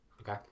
Okay